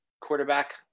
quarterback